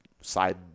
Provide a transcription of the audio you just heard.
side